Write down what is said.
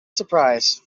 surprise